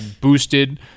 boosted